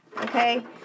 okay